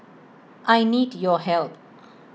I need your help